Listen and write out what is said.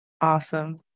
Awesome